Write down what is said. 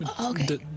Okay